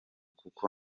kuko